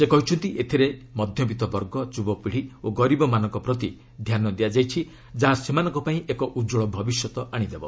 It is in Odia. ସେ କହିଛନ୍ତି ଏଥିରେ ମଧ୍ୟବିତ୍ତ ବର୍ଗ ଯୁବପିଢ଼ି ଓ ଗରିବମାନଙ୍କ ପ୍ରତି ଧ୍ୟାନ ଦିଆଯାଇଛି ଯାହା ସେମାନଙ୍କ ପାଇଁ ଏକ ଉତ୍କଳ ଭବିଷ୍ୟତ ଆଣିଦେବ